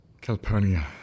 Calpurnia